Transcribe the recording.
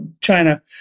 China